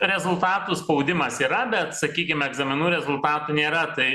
rezultatų spaudimas yra bet sakykim egzaminų rezultatų nėra tai